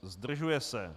Zdržuje se.